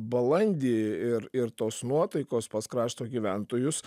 balandį ir ir tos nuotaikos pas krašto gyventojus